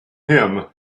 him